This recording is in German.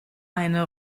eine